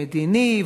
המדיני,